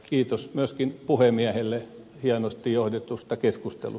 kiitos myöskin puhemiehelle hienosti johdetustakeskustelu